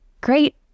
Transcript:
great